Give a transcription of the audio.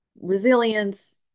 resilience